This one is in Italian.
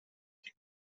tutti